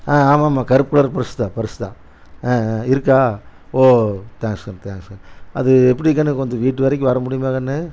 ஆ ஆமாம் ஆமாம் கருப் கலர் பர்ஸ் தான் பர்ஸ் தான் ஆ ஆ இருக்கா ஓ தேங்க்ஸ் தம் தேங்க்ஸ்ங்க அது எப்படி கண்ணு கொஞ்சம் வீட்டு வரைக்கும் வர முடியுமா கண்ணு